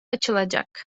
açılacak